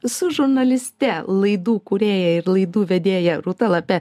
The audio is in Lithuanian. su žurnaliste laidų kūrėja ir laidų vedėja rūta lape